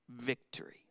victory